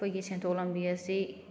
ꯑꯩꯈꯣꯏꯒꯤ ꯁꯦꯟꯊꯣꯛ ꯂꯝꯕꯤ ꯑꯁꯤ